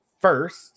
first